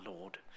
Lord